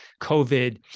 COVID